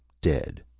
dead.